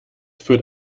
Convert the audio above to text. führt